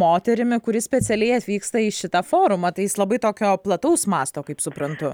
moterimi kuri specialiai atvyksta į šitą forumą tai jis labai tokio plataus masto kaip suprantu